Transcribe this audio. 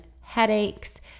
headaches